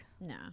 No